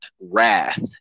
Wrath